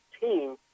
team